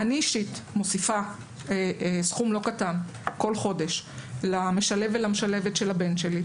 אני אישית מוסיפה סכום לא קטן בכל חודש למשלב ולמשלבת של הבן שלי,